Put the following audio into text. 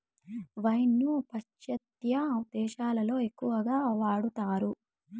wine ను పాశ్చాత్య దేశాలలో ఎక్కువగా వాడతారు